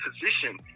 position